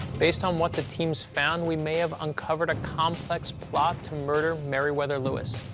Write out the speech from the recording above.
based on what the teams found, we may have uncovered a complex plot to murder meriwether lewis.